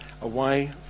away